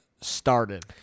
started